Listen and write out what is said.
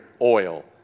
oil